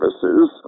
services